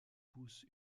pousse